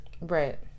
right